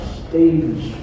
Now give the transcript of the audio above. stage